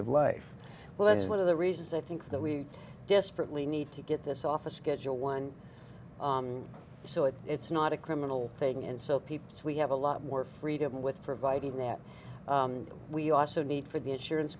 of life well that's one of the reasons i think that we desperately need to get this off a schedule one so if it's not a criminal thing and so people we have a lot more freedom with providing that we also need for the insurance